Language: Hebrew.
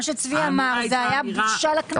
מה שצבי סוכות אמר, זאת הייתה בושה לכנסת.